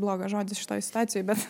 blogas žodis šitoj situacijoj bet